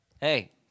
Hey